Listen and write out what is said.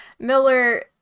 miller